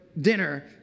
dinner